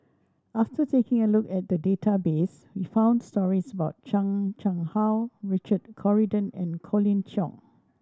after taking a look at the database we found stories about Chan Chang How Richard Corridon and Colin Cheong